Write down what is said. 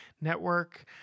network